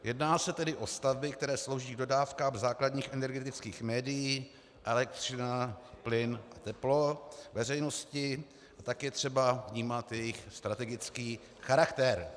Jedná se tedy o stavby, které slouží k dodávkám základních energetických médií elektřina, plyn, teplo veřejnosti, a tak je třeba vnímat jejich strategický charakter.